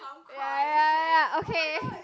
ya ya ya okay